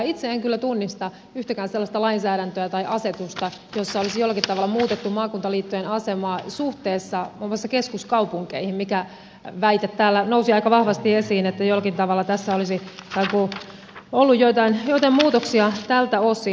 itse en kyllä tunnista yhtäkään sellaista lainsäädäntöä tai asetusta jossa olisi jollakin tavalla muutettu maakuntaliittojen asemaa suhteessa muun muassa keskuskaupunkeihin mikä väite täällä nousi aika vahvasti esiin että jollakin tavalla tässä olisi ollut joitain muutoksia tältä osin